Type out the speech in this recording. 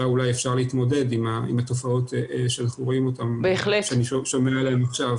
אולי אפשר להתמודד עם התופעות שאני שומע עליהן עכשיו.